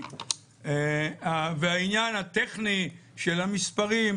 ויש שרים,